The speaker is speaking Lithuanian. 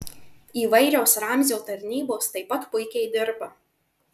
įvairios ramzio tarnybos taip pat puikiai dirba